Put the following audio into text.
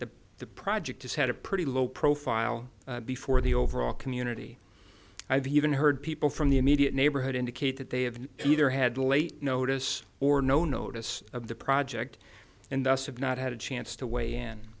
that the project has had a pretty low profile before the overall community i've even heard people from the immediate neighborhood indicate that they have either had late notice or no notice of the project and thus have not had a chance to w